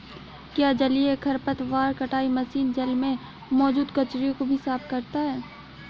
क्या जलीय खरपतवार कटाई मशीन जल में मौजूद कचरे को भी साफ करता है?